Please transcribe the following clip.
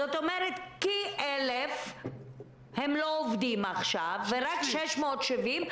זאת אומרת כ-1,000 לא עובדים עכשיו ורק 670,